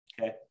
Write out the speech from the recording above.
okay